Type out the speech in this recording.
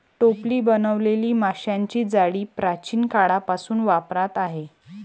टोपली बनवलेली माशांची जाळी प्राचीन काळापासून वापरात आहे